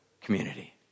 community